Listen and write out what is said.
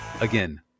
again